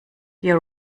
your